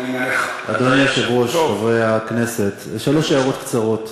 אדוני היושב-ראש, חברי הכנסת, שלוש הערות קצרות.